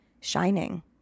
shining